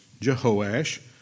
Jehoash